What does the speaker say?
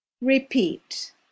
Repeat